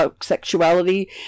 sexuality